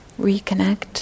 reconnect